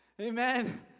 Amen